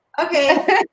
okay